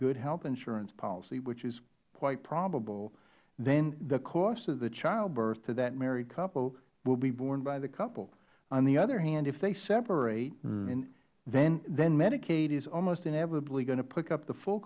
good health insurance policy which is quite probable then the cost of the childbirth to that married couple will be borne by the couple on the other hand if they separate then medicaid is almost inevitably going to pick up the full